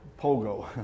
Pogo